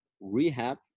rehab